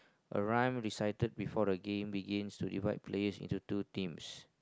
alright decided before the game begins to divide players into two teams